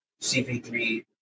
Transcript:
CP3